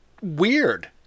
weird